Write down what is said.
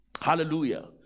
Hallelujah